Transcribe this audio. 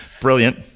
brilliant